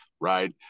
right